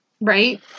right